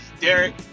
Derek